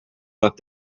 left